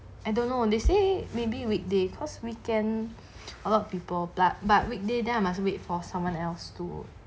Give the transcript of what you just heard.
I don't know they say maybe weekday cause weekend a lot of people but but weekday then I must wait for someone else to